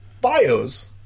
bios